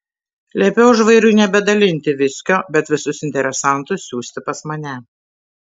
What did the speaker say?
liepiau žvairiui nebedalinti viskio bet visus interesantus siųsti pas mane